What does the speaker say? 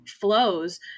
flows